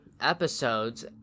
episodes